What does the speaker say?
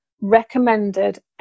recommended